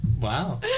Wow